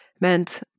meant